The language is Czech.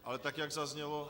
Ale tak jak zaznělo...